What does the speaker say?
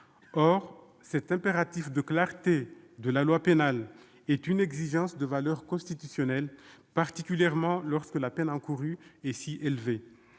Or l'impératif de clarté de la loi pénale est une exigence de valeur constitutionnelle, particulièrement lorsque la peine encourue est si élevée.